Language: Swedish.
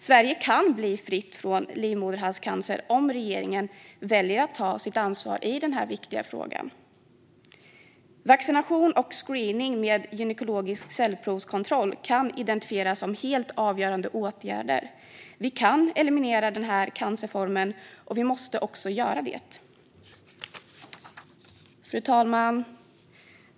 Sverige kan bli fritt från livmoderhalscancer om regeringen väljer att ta sitt ansvar i den här viktiga frågan. Vaccination och screening med gynekologisk cellprovskontroll kan identifieras som helt avgörande åtgärder. Vi kan eliminera den här cancerformen, och vi måste också göra det. Fru talman!